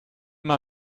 mal